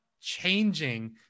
changing